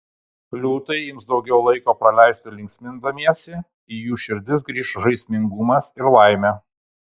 liūtai ims daugiau laiko praleisti linksmindamiesi į jų širdis grįš žaismingumas ir laimė